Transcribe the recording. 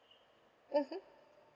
mmhmm